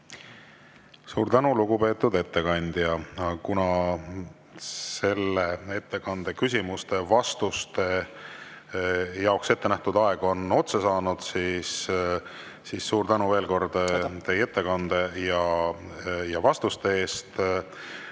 Suur tänu, lugupeetud ettekandja! Kuna selle ettekande küsimuste ja vastuste jaoks ette nähtud aeg on otsa saanud, siis ütlen veel kord suur tänu teie ettekande ja vastuste eest.